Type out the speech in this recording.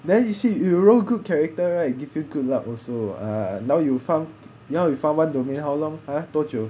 then you see you role good character right give you good luck also ah now you farm now you farm one domain how long !huh! 多久